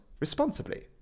responsibly